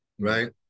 Right